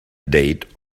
date